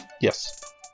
Yes